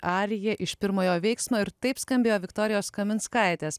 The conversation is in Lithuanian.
arija iš pirmojo veiksmo ir taip skambėjo viktorijos kaminskaitės